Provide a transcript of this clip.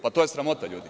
Pa, to je sramota, ljudi.